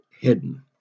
hidden